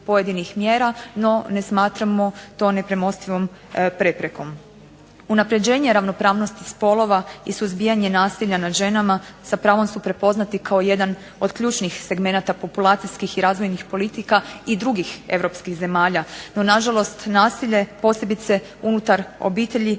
pojedinih mjera, no ne smatramo to nepremostivom preprekom. Unapređenje ravnopravnosti spolova i suzbijanje nasilja nad ženama sa pravom su prepoznati kao jedan od ključnih segmenata populacijskih i razvojnih politika i drugih europskih zemalja. No nažalost nasilje posebice unutar obitelji